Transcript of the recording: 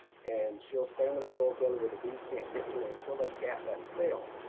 and she'll stay under that royal jelly where the bees can't get to her until they cap that cell.